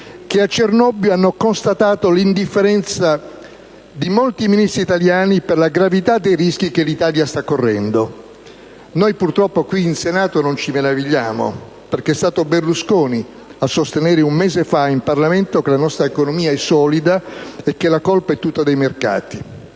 che a Cernobbio hanno constatato l'indifferenza di molti Ministri italiani per la gravità dei rischi che l'Italia sta correndo. Purtroppo qui in Senato non ci meravigliamo, perché è stato Berlusconi a sostenere un mese fa in Parlamento che la nostra economia è solida e che la colpa è tutta dei mercati.